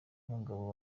umugabo